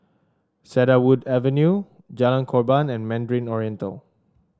Cedarwood Avenue Jalan Korban and Mandarin Oriental